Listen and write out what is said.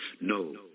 no